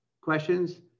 questions